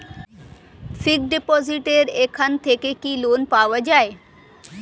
Fix ডিপোজিটের এখান থেকে কি লোন পাওয়া যায়?